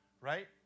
right